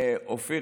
אופיר,